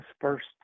first